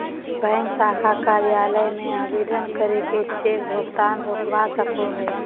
bank शाखा कार्यालय में आवेदन करके चेक भुगतान रोकवा सको हय